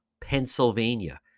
Pennsylvania